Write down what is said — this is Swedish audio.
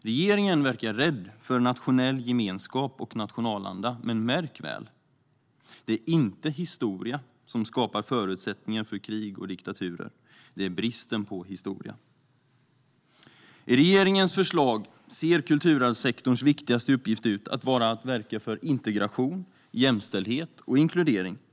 Regeringen verkar rädd för nationell gemenskap och nationalanda, men märk väl: Det är inte historia som skapar förutsättningar för krig och diktaturer - det är bristen på historia. I regeringens förslag ser kulturarvssektorns viktigaste uppgift ut att vara att verka för integration, jämställdhet och inkludering.